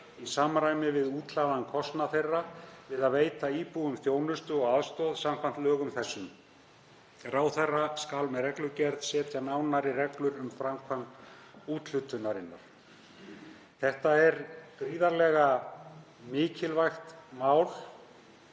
í samræmi við útlagðan kostnað þeirra við að veita íbúum þjónustu og aðstoð samkvæmt lögum þessum. Ráðherra skal með reglugerð setja nánari reglur um framkvæmd úthlutunar.“ Þetta er gríðarlega mikilvægt mál